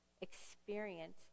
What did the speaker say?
Experience